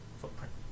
footprint